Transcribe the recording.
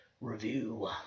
review